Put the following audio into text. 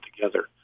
together